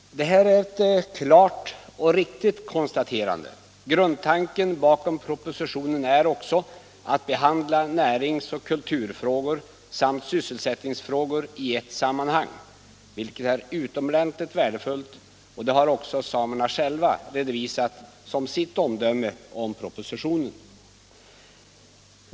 Detta är ev klart och riktigt konstaterande. Grundtanken bakom propositionen är också au behandla närings och kulturfrågor samt sysselsättningsfrågor i ett sammanhang, vilket är utomordentligt värdefullt. Det har även samerna själva redovisat som sitt omdöme om propositionen.